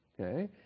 Okay